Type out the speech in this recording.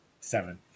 seven